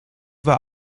war